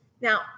Now